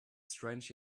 strange